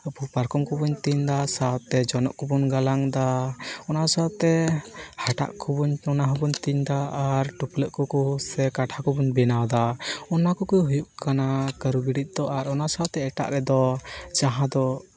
ᱟᱵᱚ ᱯᱟᱨᱠᱚᱢ ᱠᱚᱵᱚᱱ ᱛᱮᱧᱫᱟ ᱥᱟᱶᱛᱮ ᱡᱚᱱᱚᱜ ᱠᱚᱵᱚᱱ ᱜᱟᱞᱟᱝᱫᱟ ᱚᱱᱟ ᱥᱟᱶᱛᱮ ᱦᱟᱴᱟᱜ ᱠᱚᱵᱚᱱ ᱚᱱᱟ ᱦᱚᱸᱵᱚᱱ ᱛᱮᱧᱮᱫᱟ ᱟᱨ ᱴᱩᱯᱞᱟᱹᱜ ᱠᱚᱠᱚ ᱥᱮ ᱠᱟᱴᱷᱟ ᱠᱚᱵᱚᱱ ᱵᱮᱱᱟᱣᱫᱟ ᱚᱱᱟ ᱠᱚᱜᱮ ᱦᱩᱭᱩᱜ ᱠᱟᱱᱟ ᱠᱟᱹᱨᱩ ᱵᱤᱨᱤᱫ ᱫᱚ ᱟᱨ ᱚᱱᱟ ᱥᱟᱶᱛᱮ ᱮᱴᱟᱜ ᱨᱮᱫᱚ ᱡᱟᱦᱟᱸ ᱫᱚ